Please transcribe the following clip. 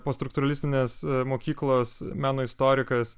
postruktūralistinės mokyklos meno istorikas